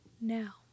Now